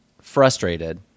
frustrated